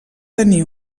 tenir